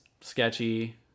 sketchy